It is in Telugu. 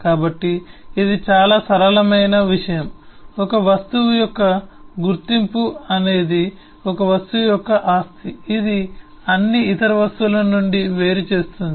కాబట్టి ఇది చాలా సరళమైన విషయం ఒక వస్తువు యొక్క గుర్తింపు అనేది ఒక వస్తువు యొక్క ఆస్తి ఇది అన్ని ఇతర వస్తువుల నుండి వేరు చేస్తుంది